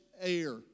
air